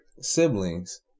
siblings